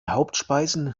hauptspeisen